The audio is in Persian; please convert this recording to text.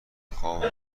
خواب